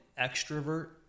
extrovert